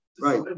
right